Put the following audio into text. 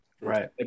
right